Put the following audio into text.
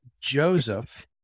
Joseph